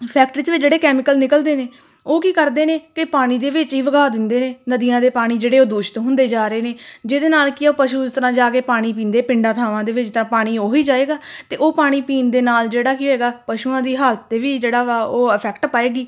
factory 'ਚ ਜਿਹੜੇ chemical ਨਿਕਲਦੇ ਨੇ ਉਹ ਕੀ ਕਰਦੇ ਨੇ ਕਿ ਪਾਣੀ ਦੇ ਵਿੱਚ ਹੀ ਵਗਾ ਦਿੰਦੇ ਨੇ ਨਦੀਆਂ ਦੇ ਪਾਣੀ ਜਿਹੜੇ ਉਹ ਦੂਸ਼ਿਤ ਹੁੰਦੇ ਜਾ ਰਹੇ ਨੇ ਜਿਹਦੇ ਨਾਲ ਕਿ ਉਹ ਪਸ਼ੂ ਇਸ ਤਰ੍ਹਾਂ ਜਾ ਕੇ ਪਾਣੀ ਪੀਂਦੇ ਪਿੰਡਾਂ ਥਾਵਾਂ ਦੇ ਵਿੱਚ ਤਾਂ ਪਾਣੀ ਉਹ ਹੀ ਜਾਵੇਗਾ ਅਤੇ ਉਹ ਪਾਣੀ ਪੀਣ ਦੇ ਨਾਲ ਜਿਹੜਾ ਕੀ ਹੋਵੇਗਾ ਪਸ਼ੂਆਂ ਦੀ ਹਾਲਤ 'ਤੇ ਵੀ ਜਿਹੜਾ ਵਾ ਉਹ ਇਫੈਕਟ ਪਾਵੇਗੀ